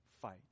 fight